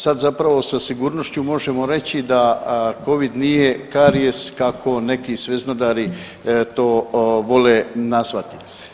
Sad zapravo sa sigurnošću možemo reći da covid nije karijes kako neki sveznadari to vole nazvati.